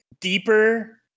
deeper